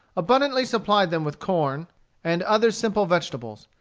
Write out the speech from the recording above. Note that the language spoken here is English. abundantly supplied them with corn and other simple vegetables.